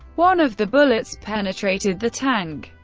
one of the bullets penetrated the tank,